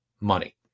money